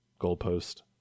goalpost